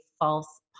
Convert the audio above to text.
false